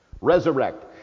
Resurrect